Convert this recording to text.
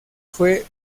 fue